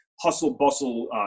hustle-bustle